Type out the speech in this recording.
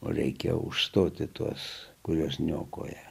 o reikia užstoti tuos kuriuos niokoja